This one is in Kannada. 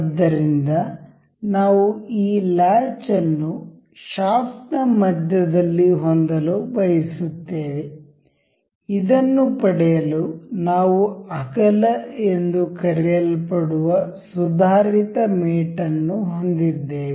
ಆದ್ದರಿಂದ ನಾವು ಈ ಲಾಚ್ ಅನ್ನು ಶಾಫ್ಟ್ ನ ಮಧ್ಯದಲ್ಲಿ ಹೊಂದಲು ಬಯಸುತ್ತೇವೆ ಇದನ್ನು ಪಡೆಯಲು ನಾವು ಅಗಲ ಎಂದು ಕರೆಯಲ್ಪಡುವ ಸುಧಾರಿತ ಮೇಟ್ ಅನ್ನು ಹೊಂದಿದ್ದೇವೆ